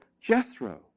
jethro